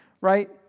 Right